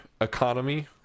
Economy